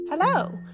Hello